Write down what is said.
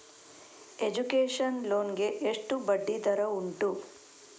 Education loan ಗೆ ಎಷ್ಟು ಬಡ್ಡಿ ದರ ಉಂಟು?